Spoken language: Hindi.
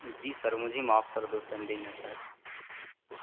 जी सर मुझे माफ कर दो न सर